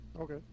Okay